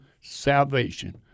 salvation